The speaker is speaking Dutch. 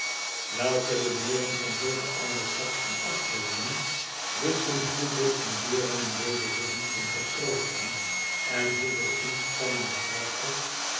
welke de nering van zulke arme schepselen afbreuk doen wisten hoeveel ontberingen deze zich moeten getroosten en hoeveel inspanning het haar kost